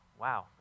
wow